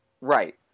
Right